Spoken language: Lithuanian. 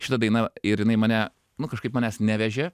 šita daina ir jinai mane nu kažkaip manęs nevežė